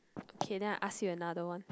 okay then I ask you another one